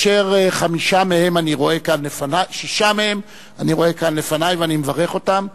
אשר שישה מהם אני רואה כאן לפני ואני מברך אותם.